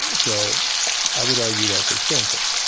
so i would argue that's expensive.